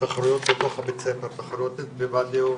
תחרויות בתוך בתי הספר, תחרויות בוועדי הורים,